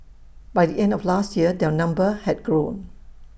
by the end of last year their number had grown